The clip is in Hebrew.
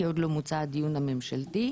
כי עוד לא מוצה הדיון הממשלתי,